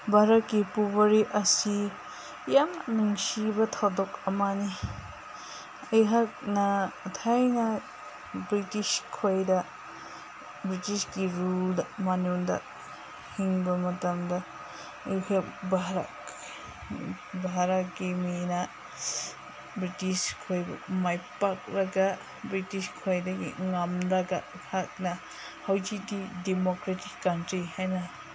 ꯚꯥꯔꯠꯀꯤ ꯄꯨꯋꯥꯔꯤ ꯑꯁꯤ ꯌꯥꯝ ꯅꯨꯡꯁꯤꯕ ꯊꯧꯗꯣꯛ ꯑꯃꯅꯤ ꯑꯩꯍꯥꯛꯅ ꯊꯥꯏꯅ ꯕ꯭ꯔꯤꯇꯤꯁ ꯈꯣꯏꯗ ꯕ꯭ꯔꯤꯇꯤꯁꯀꯤ ꯔꯨꯜꯗ ꯃꯅꯨꯡꯗ ꯍꯤꯡꯕ ꯃꯇꯝꯗ ꯑꯩꯈꯣꯏ ꯚꯥꯔꯠ ꯚꯥꯔꯠꯀꯤ ꯃꯤꯅ ꯕ꯭ꯔꯤꯇꯤꯁ ꯈꯣꯏꯕꯨ ꯃꯥꯏ ꯄꯥꯛꯂꯒ ꯕ꯭ꯔꯤꯇꯤꯁ ꯈꯣꯏꯗꯒꯤ ꯉꯝꯂꯒ ꯍꯛꯅ ꯍꯧꯖꯤꯛꯇꯤ ꯗꯤꯃꯣꯀ꯭ꯔꯦꯇꯤꯛ ꯀꯟꯇ꯭ꯔꯤ ꯍꯥꯏꯅ